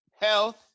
Health